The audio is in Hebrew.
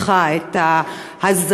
את האזהרה,